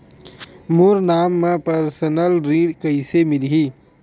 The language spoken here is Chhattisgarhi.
मोर नाम म परसनल ऋण कइसे मिलही?